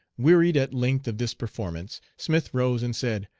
wearied at length of this performance, smith rose and said,